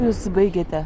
jūs baigėte